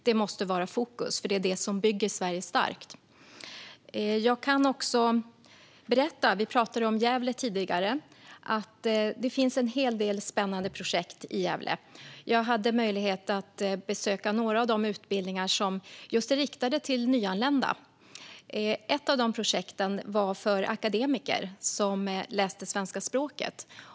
Detta måste vara fokus eftersom det är detta som bygger Sverige starkt. Vi talade tidigare om Gävle. Jag kan berätta att det finns en hel del spännande projekt där. Jag har haft möjlighet att besöka några av de utbildningar som är riktade till just nyanlända. Ett av dessa projekt vände sig till akademiker som läste svenska språket.